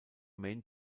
main